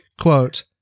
quote